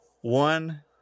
one